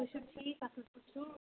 تُہۍ چھو ٹھیٖک اَصٕل پٲٹھۍ چھِو